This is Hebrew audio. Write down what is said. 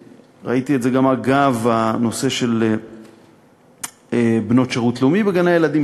וראיתי את זה גם אגב הנושא של בנות שירות לאומי בגני-הילדים,